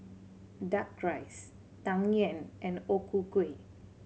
Duck Rice Tang Yuen and O Ku Kueh